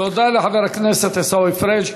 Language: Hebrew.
תודה לחבר הכנסת עיסאווי פריג'.